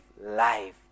life